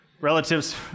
relatives